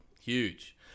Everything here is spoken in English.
huge